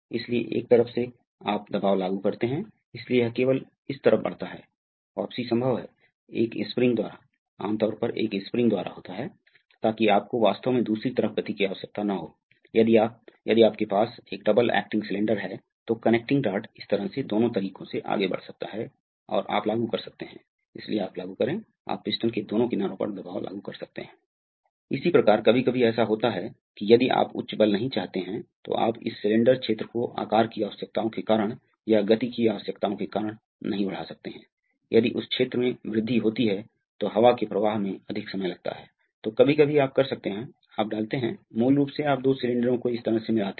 अगला हमारे पास एक सिक्वेंसिंग सर्किट है अतः सिक्वेंसिंग सर्किट में यह क्या हो रहा है यहां अब इस उदाहरण में हमारे पास एक से अधिक सिलेंडर हैं अब तक हम जो कर रहे हैं वह है हमने केवल एक सिलेंडर को संभाला है लेकिन कभी कभी ऐसा होता है कि आपको कई सिलेंडर संचालित करने की आवश्यकता होती है और उदाहरण के लिए मान लें कि आपके पास एक लकड़ी का काम करने वाली मशीन है ठीक है